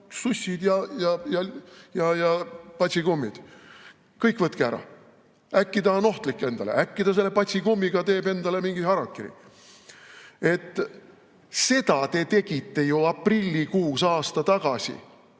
sussid ja patsikummid. Kõik võtke ära! Äkki ta on ohtlik endale. Äkki ta selle patsikummiga teeb endale mingi harakiri. Seda te tegite ju aprillikuus aasta tagasi